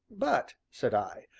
but, said i,